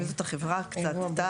מי זאת החברה קצת,